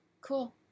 cool